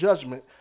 judgment